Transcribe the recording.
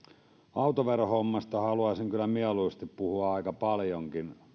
autoverohommasta haluaisin kyllä mieluusti puhua aika paljonkin